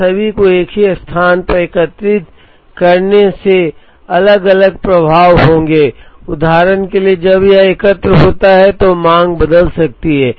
और सभी को एक ही स्थान पर एकत्रित करने से अलग अलग प्रभाव होंगे उदाहरण के लिए जब यह एकत्र होता है तो मांग बदल सकती है